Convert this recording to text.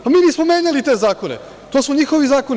Pa, mi nismo menjali te zakone, to su njihovi zakoni.